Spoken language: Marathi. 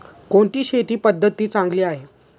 कोणती शेती पद्धती चांगली आहे?